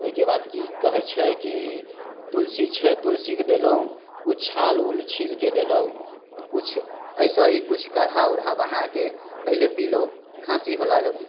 ओहिके बाद की कहै छै की तुलसी छै तुलसी के देलहुॅं किछु छाल उल छील के देलहुॅं किछु एसेही किछु काढ़ा उढ़ा बनाके पहिले पीलहुॅं खाँसी होला